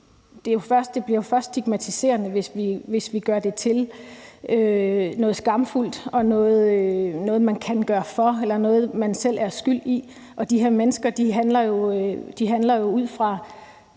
det bliver først stigmatiserende, hvis vi gør det til noget skamfuldt, noget, man kan gøre for, eller noget, man selv er skyld i. De her mennesker er jo